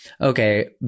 okay